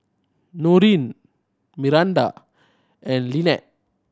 Norene Miranda and Lynette